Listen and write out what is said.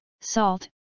salt